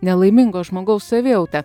nelaimingo žmogaus savijauta